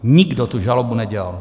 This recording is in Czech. Nikdo tu žalobu nedělal.